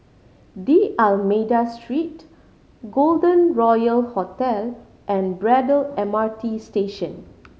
D'Almeida Street Golden Royal Hotel and Braddell M R T Station